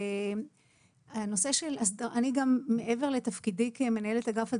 אני גם מעבר לתפקידי כמנהלת אגף התזונה,